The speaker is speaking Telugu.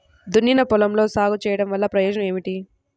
దున్నిన పొలంలో సాగు చేయడం వల్ల ప్రయోజనం ఏమిటి?